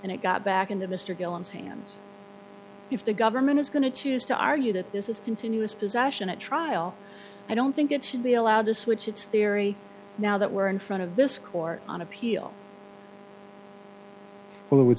and it got back into mr guillen's hands if the government is going to choose to argue that this is continuous possession at trial i don't think it should be allowed to switch its theory now that we're in front of this court on appeal it would